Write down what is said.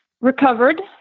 recovered